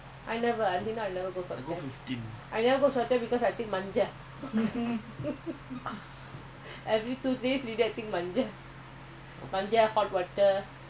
ya lah that's how they test you lah take mc ya